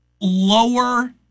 lower